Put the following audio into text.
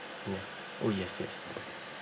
yeah oh yes yes